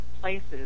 places